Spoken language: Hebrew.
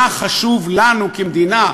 מה חשוב לנו כמדינה,